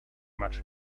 much